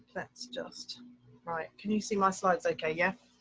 that's just right. can you see my slides? ok, yeah,